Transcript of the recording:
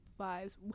vibes